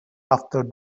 after